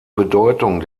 bedeutung